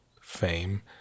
fame